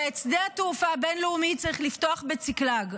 ואת שדה התעופה הבין-לאומי צריך לפתוח בצקלג.